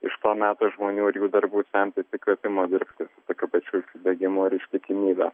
iš to meto žmonių ir jų darbų semtis įkvėpimo dirbti tokiu pačiu užsidegimu ir ištikimybe